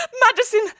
Madison